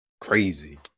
crazy